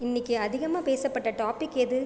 இன்றைக்கு அதிகமாக பேசப்பட்ட டாபிக் எது